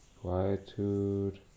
Quietude